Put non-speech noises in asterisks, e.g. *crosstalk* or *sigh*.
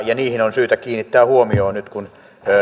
*unintelligible* ja niihin on syytä kiinnittää huomiota nyt kun